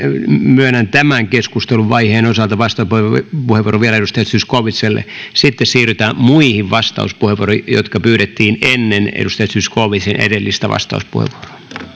myönnän tämän keskustelun vaiheen osalta vastauspuheenvuoron vielä edustaja zyskowiczille sitten siirrytään muihin vastauspuheenvuoroihin jotka pyydettiin ennen edustaja zyskowiczin edellistä vastauspuheenvuoroa